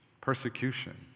persecution